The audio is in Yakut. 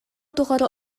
тухары